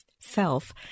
self